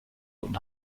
und